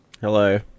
Hello